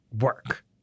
work –